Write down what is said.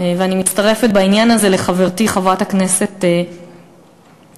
ואני מצטרפת בעניין הזה לחברתי חברת הכנסת קריב,